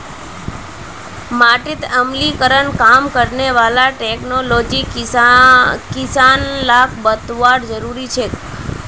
माटीत अम्लीकरण कम करने वाला टेक्नोलॉजी किसान लाक बतौव्वा जरुरी छेक